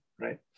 right